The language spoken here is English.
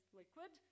liquid